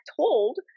told